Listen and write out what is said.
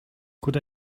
could